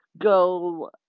go